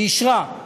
ואישרה,